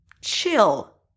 chill